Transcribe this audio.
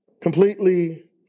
completely